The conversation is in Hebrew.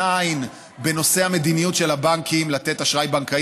העין בנושא המדיניות של הבנקים לתת אשראי בנקאי,